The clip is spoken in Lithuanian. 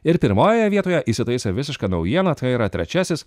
ir pirmojoje vietoje įsitaisė visiška naujiena tai yra trečiasis